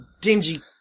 dingy